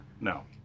No